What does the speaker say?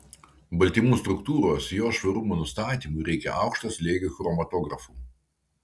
baltymų struktūros jos švarumo nustatymui reikia aukšto slėgio chromatografų